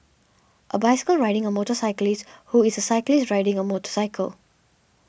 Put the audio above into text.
a bicycle riding a motorcyclist who is a cyclist riding a motorcycle